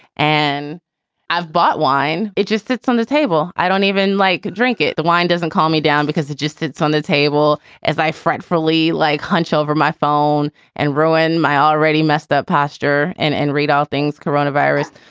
and i've bought wine. it just sits on the table. i don't even like drinking. the wine doesn't call me down. it just sits on the table as i fretfully, like, hunched over my phone and ruin my already messed up posture and and read all things coronavirus.